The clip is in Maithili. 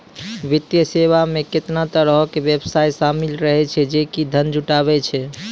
वित्तीय सेवा मे केतना तरहो के व्यवसाय शामिल रहै छै जे कि धन जुटाबै छै